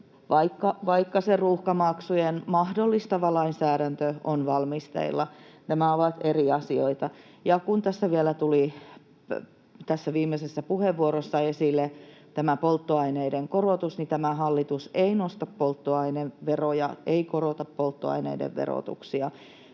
Vaikka se ruuhkamaksujen mahdollistava lainsäädäntö on valmisteilla, nämä ovat eri asioita. Kun vielä tuli tässä viimeisessä puheenvuorossa esille tämä polttoaineiden korotus, niin tämä hallitus ei nosta polttoaineveroja, ei korota polttoaineiden verotuksia.